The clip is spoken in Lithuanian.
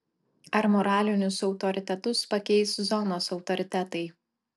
ar moralinius autoritetus pakeis zonos autoritetai